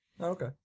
Okay